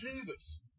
Jesus